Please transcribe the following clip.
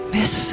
Miss